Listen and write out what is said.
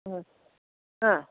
ആ ആ